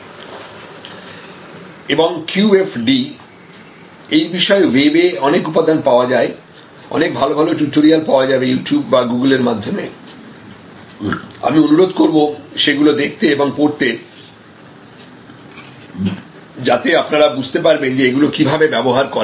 এবং QFD এই বিষয়ে ওয়েবে এ অনেক উপাদান পাওয়া যাবে অনেক ভালো ভালো টিউটোরিয়াল পাওয়া যাবে ইউটিউব বা গুগলের মাধ্যমে আমি অনুরোধ করব সেগুলো দেখতে এবং পড়তে যাতে আপনারা বুঝতে পারবেন যে এগুলো কিভাবে ব্যবহার করা হয়